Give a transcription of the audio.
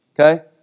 okay